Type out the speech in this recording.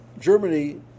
germany